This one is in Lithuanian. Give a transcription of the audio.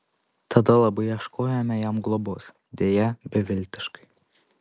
tada labai ieškojome jam globos deja beviltiškai